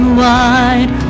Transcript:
wide